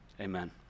Amen